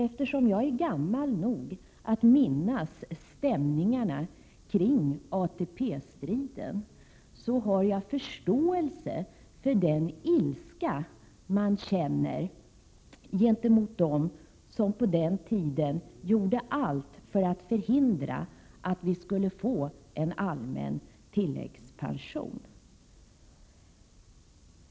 Eftersom jag är så gammal att jag minns stämningarna kring ATP-striden har jag förståelse för den ilska man känner gentemot dem som på den tiden gjorde allt för att förhindra att vi skulle få en allmän tilläggspension.